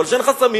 אבל כשאין חסמים,